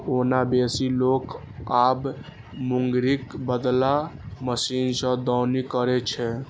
ओना बेसी लोक आब मूंगरीक बदला मशीने सं दौनी करै छै